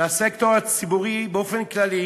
לסקטור הציבורי באופן כללי.